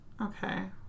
Okay